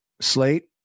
slate